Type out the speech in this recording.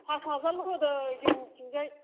pass हाजारल' होदों जोंनिथिंजाय